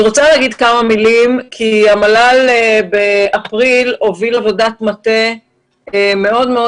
אני רוצה להגיד כמה מילים כי המל"ל באפריל הוביל עבודת מטה מאוד מאוד